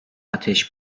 ateş